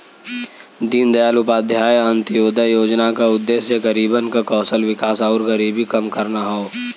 दीनदयाल उपाध्याय अंत्योदय योजना क उद्देश्य गरीबन क कौशल विकास आउर गरीबी कम करना हौ